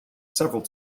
several